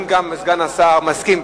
אם גם סגן השר מסכים,